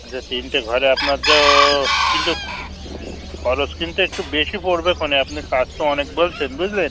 আচ্ছা তিনটে ঘরে আপনার তো কিন্তু খরচ কিন্তু একটু বেশি পড়বে খনে আপনি কাজ তো অনেক বলছেন বুঝলেন